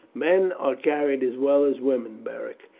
men are carried as well as women, beric,